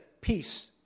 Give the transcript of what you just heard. Peace